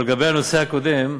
אבל לגבי הנושא הקודם,